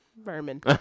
Vermin